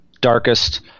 darkest